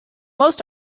most